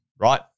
right